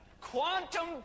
Quantum